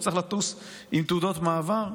הוא צריך לטוס עם תעודות מעבר?